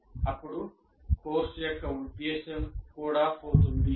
అప్పుడు కోర్సు యొక్క ఉద్దేశ్యం కూడా పోతుంది